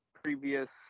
previous